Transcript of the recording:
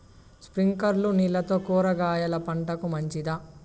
స్ప్రింక్లర్లు నీళ్లతో కూరగాయల పంటకు మంచిదా?